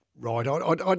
right